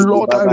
Lord